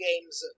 games